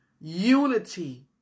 Unity